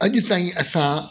अॼु ताईं असां